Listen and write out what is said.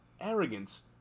arrogance